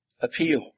appeal